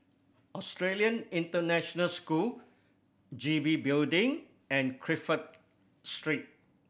Australian International School G B Building and Crawford Street